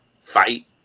fight